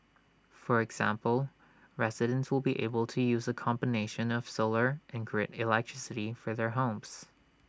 for example residents will be able to use A combination of solar and grid electricity for their homes